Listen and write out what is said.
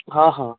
ହଁ ହଁ